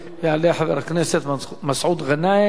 יעלה חבר הכנסת מסעוד גנאים,